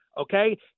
okay